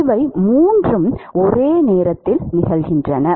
இவை மூன்றும் ஒரே நேரத்தில் நிகழ்கின்றன